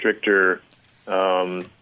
stricter